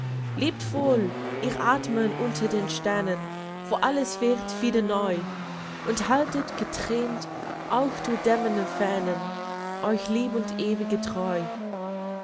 stein lebtwohl ihr athmer unter den sternen wo alles wird wieder neu und haltet getrennt auch durch dämmernde fernen euch lieb und ewige treu